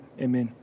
amen